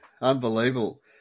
Unbelievable